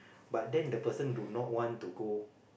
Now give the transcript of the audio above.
but then the person do not want to go